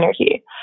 energy